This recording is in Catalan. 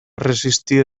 resistir